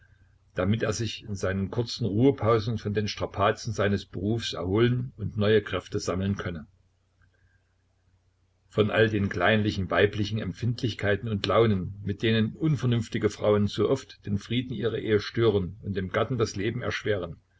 damit er sich in seinen kurzen ruhepausen von den strapazen seines berufes erholen und neue kräfte sammeln könne von all den kleinlichen weiblichen empfindlichkeiten und launen mit denen unvernünftige frauen so oft den frieden ihrer ehe stören und dem gatten das leben erschweren